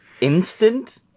instant